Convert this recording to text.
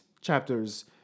chapters